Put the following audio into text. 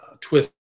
twist